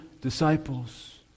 disciples